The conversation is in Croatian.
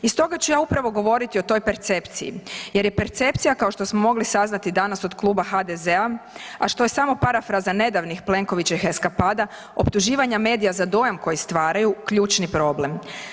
I stoga ću ja upravo govoriti o toj percepciji jer je percepcija kao što smo mogli saznati danas od Kluba HDZ-a, a što je samo parafraza nedavnih Plenkovićevih eskapada optuživanja medija za dojam koji stvaraju ključni problem.